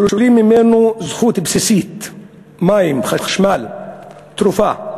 שוללים ממנו זכות בסיסית, מים, חשמל, תרופות,